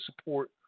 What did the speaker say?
support